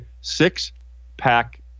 six-pack